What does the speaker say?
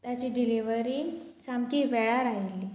ताची डिलिवरी सामकी वेळार आयिल्ली